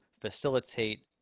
facilitate